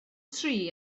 tri